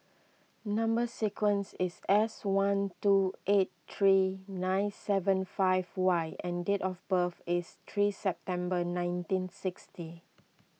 Number Sequence is S one two eight three nine seven five Y and date of birth is three September nineteen sixty